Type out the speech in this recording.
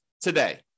today